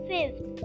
Fifth